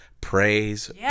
praise